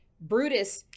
Brutus